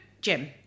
Jim